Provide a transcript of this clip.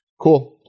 cool